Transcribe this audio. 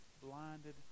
blinded